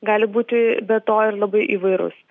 gali būti be to ir labai įvairus